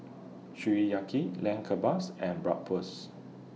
Sukiyaki Lamb Kebabs and Bratwurst